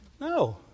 No